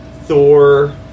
Thor